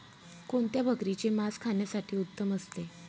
कोणत्या बकरीचे मास खाण्यासाठी उत्तम असते?